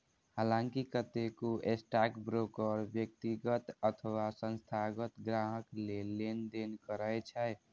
हलांकि कतेको स्टॉकब्रोकर व्यक्तिगत अथवा संस्थागत ग्राहक लेल लेनदेन करै छै